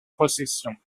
procession